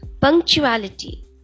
Punctuality